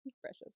precious